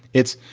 it's.